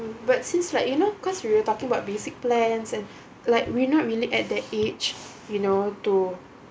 but since like you know cause we we're talking about basic plans and like we're not really at that age you know to